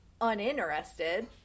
uninterested